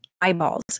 eyeballs